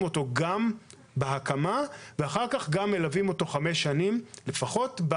אותו בהקמה ואחר כך מלווים אותו חמש שנים לפחות.